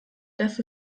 das